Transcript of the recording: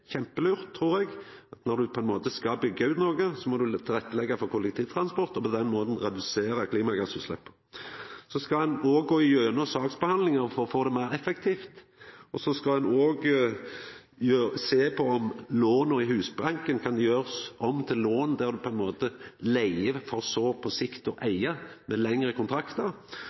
kjempelurt, trur eg. Når du skal byggja ut noko, må du tilretteleggja for kollektivtransport, og på den måten redusera klimagassutsleppa. Så skal ein òg gå igjennom saksbehandlinga for å få ho meir effektiv. Ein skal òg sjå på om låna i Husbanken kan gjerast om til lån der du leiger, for så på sikt å eiga, med lengre kontraktar.